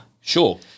Sure